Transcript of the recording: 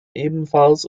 ebenfalls